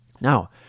Now